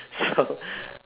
so